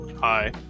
Hi